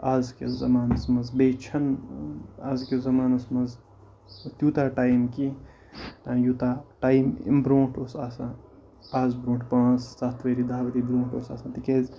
اَزکِس زَمانَس منٛز بیٚیہِ چھَنہٕ اَزکِس زَمانَس منٛز تیوٗتاہ ٹایِم کینٛہہ یوٗتاہ ٹایِم اَمہِ برونٛٹھ اوس آسان اَز برونٛٹھ پانٛژھ سَتھ ؤری دَہ ؤری برونٛٹھ اوس آسان تِکیٛازِ